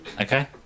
Okay